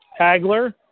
Hagler